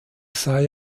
sei